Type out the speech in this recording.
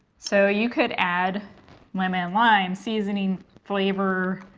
so you could add lemon lime, seasoning flavor,